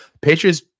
Patriots